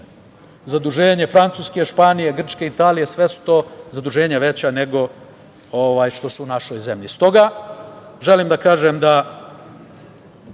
zaduženje Francuske, Španije, Grčke, Italije, sve su to zaduženja veća nego što su u našoj zemlji. Stoga, želim da kažem